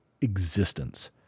existence